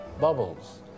bubbles